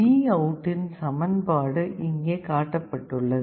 VOUTஇன் சமன்பாடு இங்கே காட்டப்பட்டுள்ளது